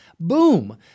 Boom